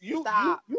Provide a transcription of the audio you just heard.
Stop